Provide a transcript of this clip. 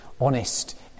honest